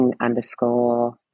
underscore